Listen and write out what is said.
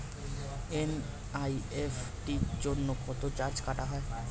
NEFT জন্য কত charge কাটা হয়?